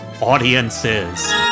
audiences